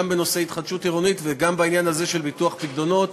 גם בנושא התחדשות עירונית וגם בנושא הזה של ביטוח פיקדונות.